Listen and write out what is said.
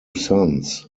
sons